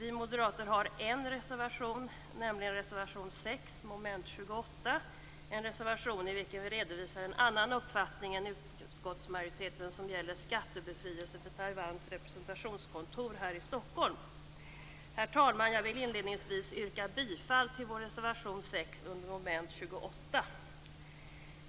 Vi moderater har en reservation, nämligen reservation 6 under mom. 28 i vilken vi redovisar en annan uppfattning än utskottsmajoritetens, och den gäller skattebefrielse för Taiwans representationskontor här i Stockholm. Herr talman! Jag vill inledningsvis yrka bifall till vår reservation 6 under mom. 28.